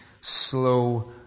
slow